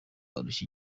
arushe